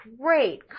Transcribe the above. great